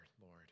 Lord